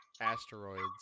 asteroids